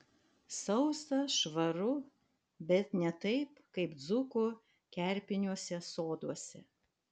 sausa švaru bet ne taip kaip dzūkų kerpiniuose soduose